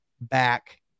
back